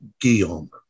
Guillaume